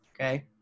okay